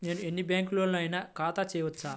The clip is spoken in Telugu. నేను ఎన్ని బ్యాంకులలోనైనా ఖాతా చేయవచ్చా?